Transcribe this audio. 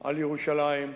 על ירושלים,